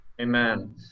Amen